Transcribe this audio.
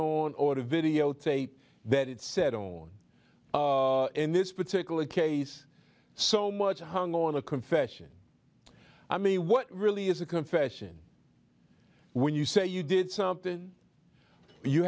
on or a videotape that it said on in this particular case so much hung on a confession i mean what really is a confession when you say you did something you